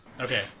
Okay